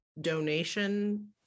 donation